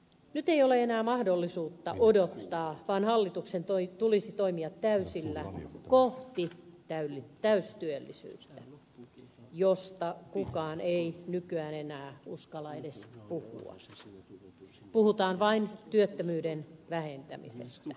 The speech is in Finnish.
nyt ei ole enää mahdollisuutta odottaa vaan hallituksen tulisi toimia täysillä kohti täystyöllisyyttä josta kukaan ei nykyään enää uskalla edes puhua puhutaan vain työttömyyden vähentämisestä